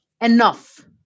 enough